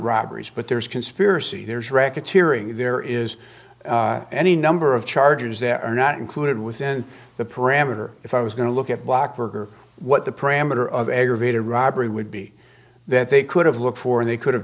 robberies but there's conspiracy there's racketeering there is any number of charges that are not included within the parameter if i was going to look at block work or what the parameter of aggravated robbery would be that they could have looked for and they could have